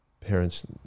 parents